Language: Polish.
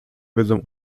wiedzą